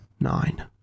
Nine